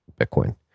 Bitcoin